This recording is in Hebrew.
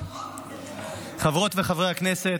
וחברי הכנסת,